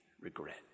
regret